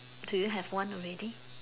do you have one already